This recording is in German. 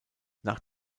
nach